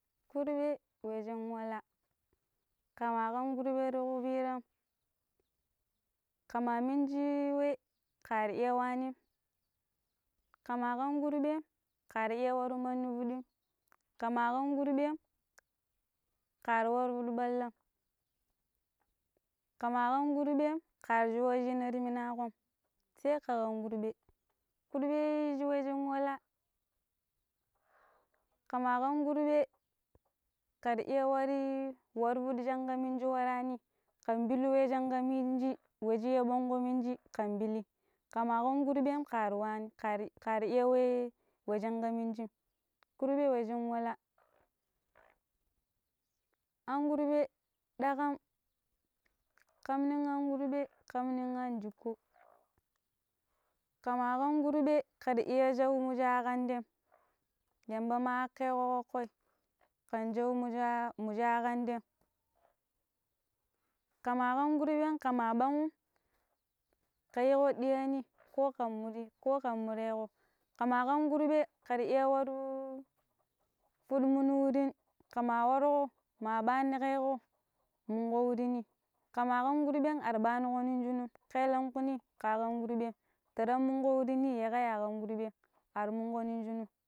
kurbe we shin wala ke ma kam kurbe ti kubira kama miniji yu we kari iyanim ke ma kam kurbem kari iya waro mandi fudiim ke ma kan kurbe karen waro piɗi ɓalla, ke ma kan kurɓen karishu weshimatimina kom, sai ke kan kurɓe kurɓe yi shi we shin wele kema ken kurbe kera iya wari waro piɗi shi ke miniji waraani, ken pilu we shi ka minji we shi ya ɓongko Minji kem pili, ke ma kan kurbe kari wa kari kari-ka-kari we we bngƙo mminiji kurbe we shin wala. An kurɓe ɗakan ƙam nen an kurɓe ƙam nen anjiƙƙo ke ma kan kurbe kera iya shan mu sha kan ten yamba ma akkee ko kokkoi ken je wo musha musha kan term ke ma kan kurɓen ke ma ɓangum ke yiiƙo diyaani ko ken muri ko kan mureƙo kema kan kurbe kera iya waru pidi munu wurin kema warƙo ma ɓaani keeko munko wurin ni ke ma kan kurɓem ar ɓaani ko nong shi num kaelangƙwi ka kan kurbem ta rang munko wurini yake a kam kurɓem ar mungo nin junu